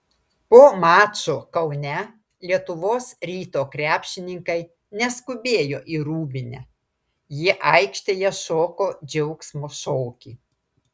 po mačo kaune lietuvos ryto krepšininkai neskubėjo į rūbinę jie aikštėje šoko džiaugsmo šokį